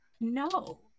No